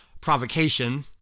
provocation